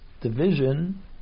division